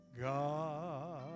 God